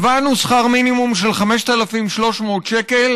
קבענו שכר מינימום של 5,300 שקל.